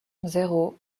zéro